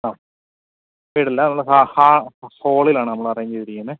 ആ വീട് അ ല്ല നമ്മൾ ഹോളിലാണ് നമ്മൾ അറേഞ്ച് ചെയ്തിരിക്കുന്നത്